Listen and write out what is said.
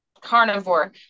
carnivore